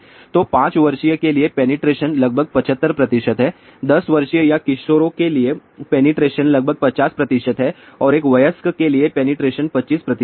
तो 5 वर्षीय के लिए पेनेट्रेशन लगभग 75 है 10 वर्षीय या किशोरों के लिए पेनेट्रेशन लगभग 50 है और एक वयस्क के लिए पेनेट्रेशन 25 है